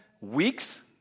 weeks